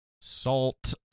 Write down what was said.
Salt